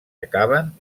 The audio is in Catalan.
acaben